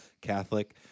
Catholic